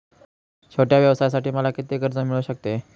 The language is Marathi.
छोट्या व्यवसायासाठी मला किती कर्ज मिळू शकते?